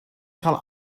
cael